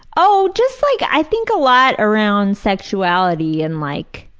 oh, just like, i think a lot around sexuality and like,